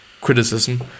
criticism